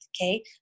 Okay